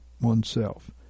oneself